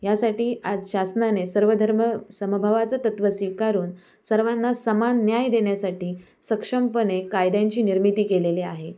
यासाठी आज शासनाने सर्वधर्मसमभावाचं तत्त्व स्वीकारून सर्वांना समान न्याय देण्यासाठी सक्षमपणे कायद्यांची निर्मिती केलेली आहे